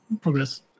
progress